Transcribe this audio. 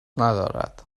ندارد